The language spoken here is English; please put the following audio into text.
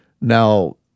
now